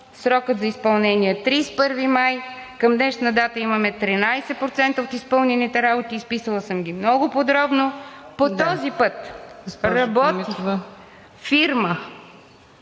срокът за изпълнение е 31 май. Към днешна дата имаме 13% от изпълнените работи, изписала съм ги много подробно. По този път…